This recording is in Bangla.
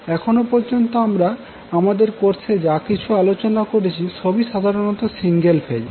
এখনো পর্যন্ত আমরা আমাদের কোর্সে যা কিছু আলোচনা করেছি সবই সাধারনত সিঙ্গেল ফেজ